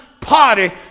party